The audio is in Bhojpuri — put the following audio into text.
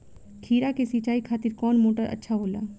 खीरा के सिचाई खातिर कौन मोटर अच्छा होला?